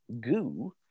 goo